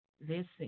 listen